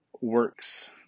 works